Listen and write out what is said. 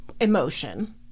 emotion